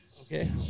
Okay